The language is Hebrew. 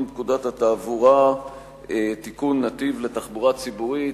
פקודת התעבורה (נתיב לתחבורה ציבורית),